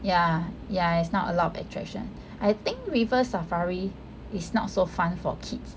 yeah yeah it's not alot of attraction I think River Safari is not so fun for kids